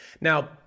Now